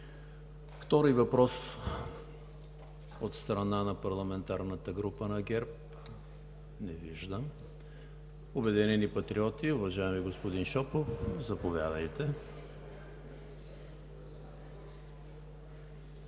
Втори въпрос от страна на парламентарната група на ГЕРБ? Не виждам. От „Обединени патриоти“? Уважаеми господин Шопов, заповядайте.